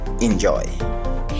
Enjoy